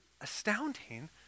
astounding